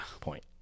point